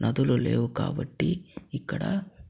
నదులు లేవు కాబట్టి ఇక్కడ